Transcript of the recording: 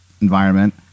environment